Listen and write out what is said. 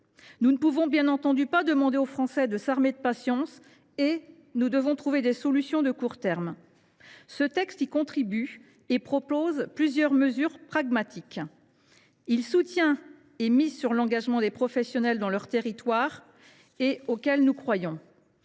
pouvant pas, bien entendu, exiger des Français qu’ils s’arment de patience, nous devons trouver des solutions de court terme. Ce texte y contribue, en proposant plusieurs mesures pragmatiques. Il soutient l’engagement des professionnels dans leurs territoires, auquel nous croyons,